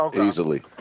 Easily